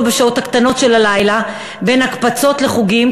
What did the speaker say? בשעות הקטנות של הלילה ובין הקפצות לחוגים,